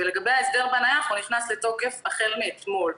ההסדר בנייח נכנס לתוקף החל מאתמול.